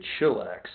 chillax